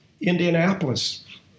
Indianapolis